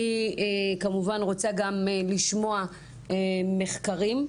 אני כמובן רוצה גם לשמוע מחקרים.